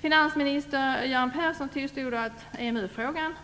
Finansminister Göran Persson tillstod att EMU-frågan